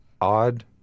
odd